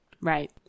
Right